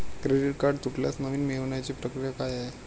Credit card तुटल्यास नवीन मिळवण्याची प्रक्रिया काय आहे?